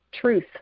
truth